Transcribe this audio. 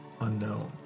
unknown